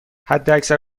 حداکثر